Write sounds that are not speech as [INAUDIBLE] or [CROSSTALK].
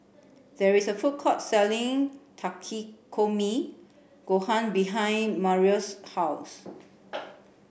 there is a food court selling Takikomi Gohan behind Marius' house [NOISE]